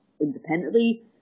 independently